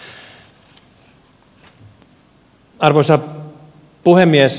arvoisa puhemies